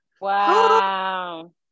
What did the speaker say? Wow